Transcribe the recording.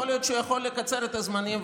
יכול להיות שהוא יוכל לקצר את הזמנים,